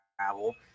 travel